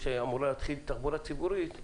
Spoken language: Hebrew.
עת אמורה להתחיל התחבורה הציבורית,